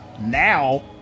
Now